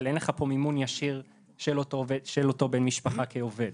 אבל אין לך פה מימון ישיר של אותו בן משפחה כעובד.